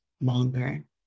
longer